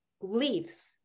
leaves